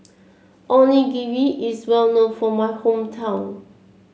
onigiri is well known for my hometown